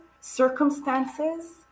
circumstances